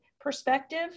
perspective